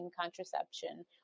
contraception